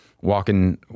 walking